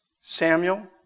Samuel